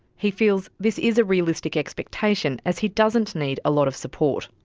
he feels this is a realistic expectation as he doesn't need a lot of support.